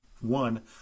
One